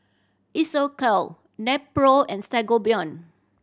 Isocal Nepro and Sangobion